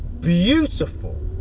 beautiful